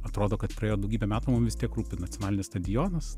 atrodo kad praėjo daugybė metų mum vis tiek rūpi nacionalinis stadionas